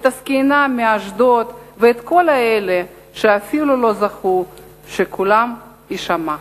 את הזקנה מאשדוד ואת כל אלה שאפילו לא זכו שקולם יישמע.